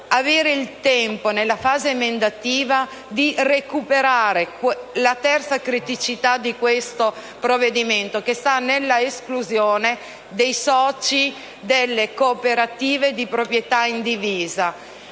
avere il tempo nella fase emendativa di recuperare la terza criticità di questo provvedimento, che sta nell'esclusione dei soci delle cooperative di proprietà indivisa.